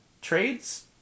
Trades